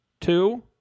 two